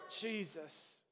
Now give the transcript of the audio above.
Jesus